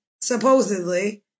supposedly